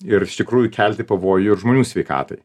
ir iš tikrųjų kelti pavojų ir žmonių sveikatai